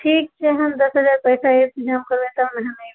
ठीक छै हन हम पैसा इन्तजाम करबै